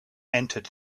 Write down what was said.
entered